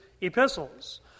epistles